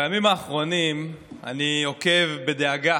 בימים האחרונים אני עוקב בדאגה